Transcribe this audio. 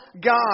God